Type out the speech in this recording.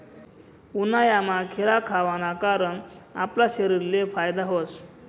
उन्हायामा खीरा खावाना कारण आपला शरीरले फायदा व्हस